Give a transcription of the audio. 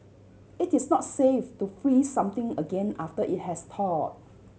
it is not safe to freeze something again after it has thaw